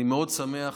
אני מאוד שמח,